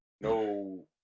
no